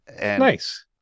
Nice